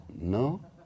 no